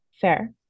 Fair